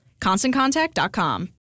ConstantContact.com